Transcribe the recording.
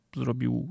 zrobił